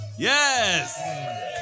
Yes